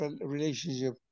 relationship